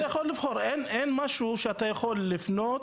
אין משהו שבאמצעותו אתה יכול לפנות,